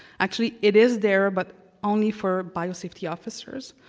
actually it is there, but only for biosafety officers.